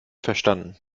verstanden